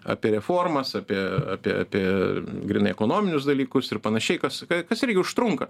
apie reformas apie apie apie grynai ekonominius dalykus ir panašiai kas ką kas irgi užtrunka